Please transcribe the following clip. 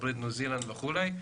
ארה"ב ניו זילנד וכולי,